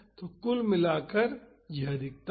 तो कुल मिलाकर यह अधिकतम है